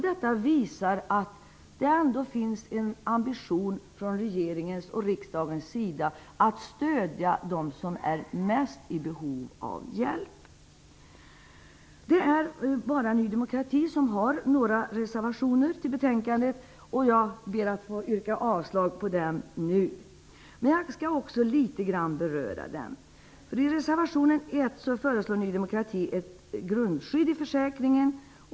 Detta visar att det faktiskt finns en ambition från regeringens och riksdagens sida att stödja dem som är mest i behov av hjälp. Det är bara Ny demokrati som har fogat några reservationer till betänkandet, och jag ber att få yrka avslag på dem nu. Men jag skall också beröra dem litet grand. I reservation 1 föreslår Ny demokrati ett grundskydd i försäkringen.